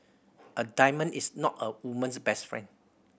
a diamond is not a woman's best friend